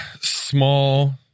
small